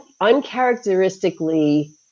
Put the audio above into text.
uncharacteristically